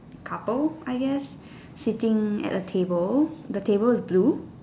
couple I guess sitting at a table the table is blue